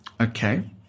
okay